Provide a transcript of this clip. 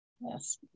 yes